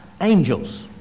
angels